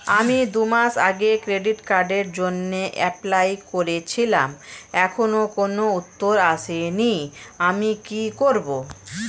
আমি দুমাস আগে ক্রেডিট কার্ডের জন্যে এপ্লাই করেছিলাম এখনো কোনো উত্তর আসেনি আমি কি করব?